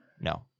No